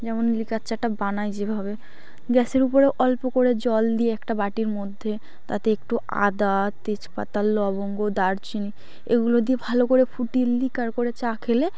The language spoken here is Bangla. যেমন লিকার চা টা বানায় যেভাবে গ্যাসের উপরে অল্প করে জল দিয়ে একটা বাটির মধ্যে তাতে একটু আদা তেজপাতা লবঙ্গ দারচিনি এগুলো দিয়ে ভালো করে ফুটিয়ে লিকার করে চা খেলে